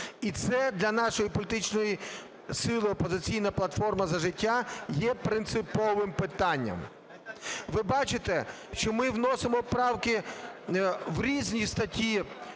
І це для нашої політичної сили "Опозиційна платформа - За життя" є принциповим питанням. Ви бачите, що ми вносимо правки в різні статті,